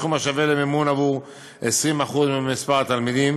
בסכום השווה למימון עבור 20% ממספר התלמידים,